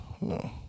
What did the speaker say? No